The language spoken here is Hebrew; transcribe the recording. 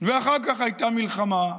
הייתה מלחמה,